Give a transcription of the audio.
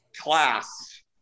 class